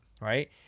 right